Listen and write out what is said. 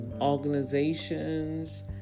organizations